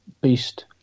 beast